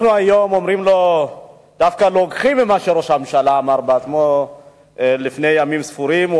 היום אנחנו דווקא לוקחים ממה שראש הממשלה אמר בעצמו לפני ימים ספורים.